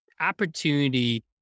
opportunity